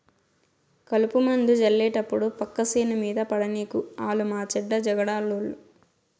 కలుపుమందు జళ్లేటప్పుడు పక్క సేను మీద పడనీకు ఆలు మాచెడ్డ జగడాలోళ్ళు